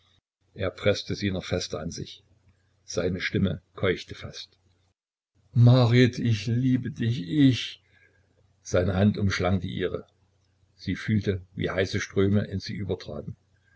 er preßte sie noch fester an sich seine stimme keuchte fast marit ich liebe dich ich seine hand umschlang die ihre sie fühlte wie heiße ströme in sie übertraten